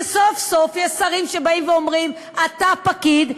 וסוף-סוף יש שרים שבאים ואומרים: אתה פקיד,